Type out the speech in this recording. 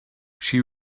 she